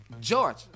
George